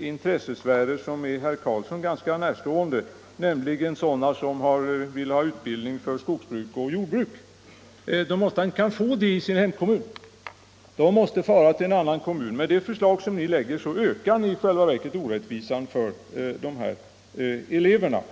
intressesfärer som är herr Carlsson ganska närstående, nämligen skogsbruk och jordbruk. De som inte kan få sådan utbildning i sin hemkommun, måste fara till en annan kommun. Med det förslag som centern lägger ökas i själva verket orättvisan för dessa elever.